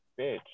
bitch